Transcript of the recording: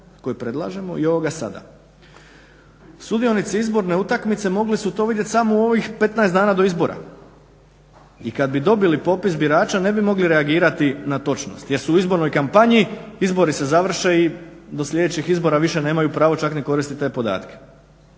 koje predlažemo i ovoga sada. Sudionici izborne utakmice mogli su to vidjet samo u ovih 15 dana do izbora i kad bi dobili popis birača ne bi mogli reagirati na točnost jer su u izbornoj kampanji, izbori se završe i do sljedećih izbora više nemaju pravo čak ni koristiti te podatke.